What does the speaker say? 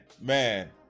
man